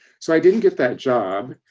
so i didn't get that job